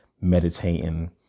meditating